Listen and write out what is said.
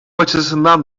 açısından